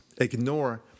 Ignore